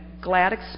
glad